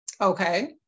Okay